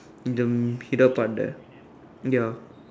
in the middle part there ya